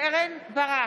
קרן ברק,